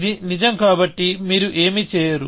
ఇది నిజం కాబట్టి మీరు ఏమీ చేయరు